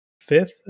fifth